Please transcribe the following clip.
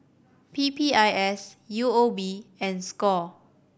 P P I S U O B and score